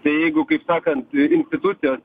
tai jeigu kaip sakant institucijos